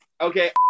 okay